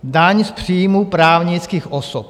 Daň z příjmů právnických osob.